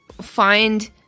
find